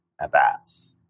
at-bats